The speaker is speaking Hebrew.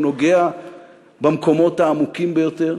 הוא נוגע במקומות העמוקים ביותר,